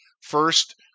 First